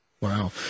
Wow